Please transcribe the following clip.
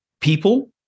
people